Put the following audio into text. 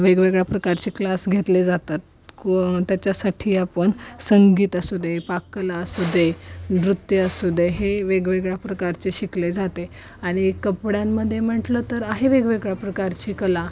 वेगवेगळ्या प्रकारचे क्लास घेतले जातात क त्याच्यासाठी आपण संगीत असू दे पाककला असूदे नृत्य असू दे हे वेगवेगळ्या प्रकारचे शिकले जाते आणि कपड्यांमध्ये म्हटलं तर आहे वेगवेगळ्या प्रकारची कला